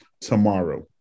tomorrow